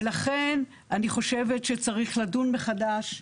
ולכן אני חושבת שצריך לדון מחדש,